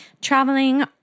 traveling